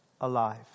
alive